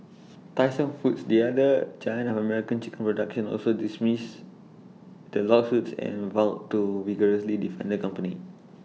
Tyson foods the other giant of American chicken production also dismissed the lawsuits and vowed to vigorously defend the company